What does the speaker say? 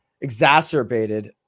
exacerbated